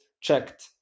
checked